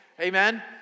Amen